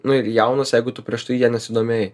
nu ir jaunas jeigu tu prieš tai ja nesidomėjai